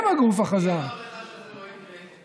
הם הגוף החזק, מי אמר לך שזה לא יקרה?